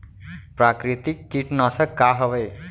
प्राकृतिक कीटनाशक का हवे?